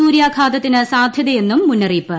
സൂര്യാഘാതത്തിന് സാധൃതയെന്നും മുന്നറിയിപ്പ്